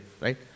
right